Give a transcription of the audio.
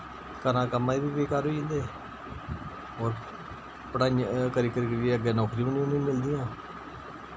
घरा दे कम्मे बी बेकार होई जन्दे और पढ़ाइयां करी करी करी अग्गे नौकरियां वी निं उ'नें मिलदियां